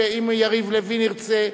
אם יריב לוין ירצה,